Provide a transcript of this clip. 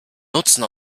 nutzen